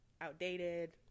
outdated